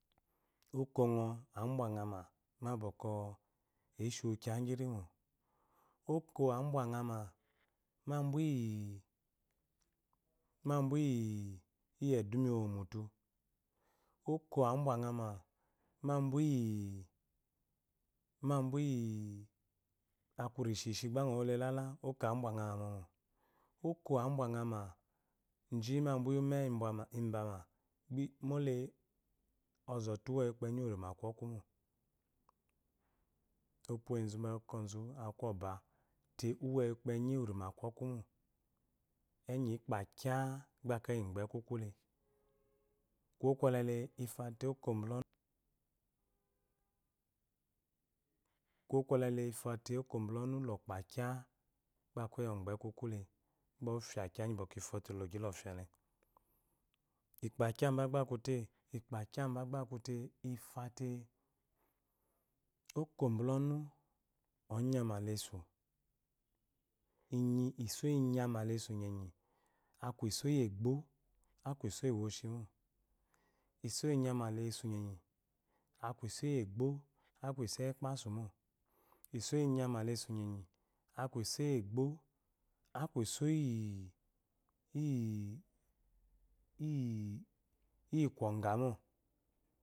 Oko abwangha ma ma bwɔkwɔ eshi wu kiya igyirimo oko abwanghama mabuyi mabuyi eduma iwomo mtutu oko abwanghama mabuyi mabuyi aku mishishi gba ngɔ wole lala abwangha ma mɔɔ. oko abwanghama ji ma ambu yi ume imbama mole onzote uweyi ukpenyi urima molre ozote uweyi ukpenyi urima aku ɔkwumo. ope uwu enzubakoh aku koba te uweyi ukpenyi urima aku koba te uweyi ukpenyi urima aku ɔkumo enyi ikpakya gba ekey igbe kuku le kuwo kwole le ifote oko bula ɔnu lokpa kya gba okeyi ogbe kuku le kuwo kwole le ifote oko bula onu lokpa kya iggy ifote logyi lofyale. ikpekya te oko bula onu onyama la esu inyi iso iyi egbo aku iso iyi woshi iso iyi nyama laesu nyenyi aku iso iyi egbo iso iyo ekpasu mo iso iyi nyama laesu nyenyi aku eso iyi egbo aku iso iyi-iyi lyi kowga mo.